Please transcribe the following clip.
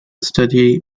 study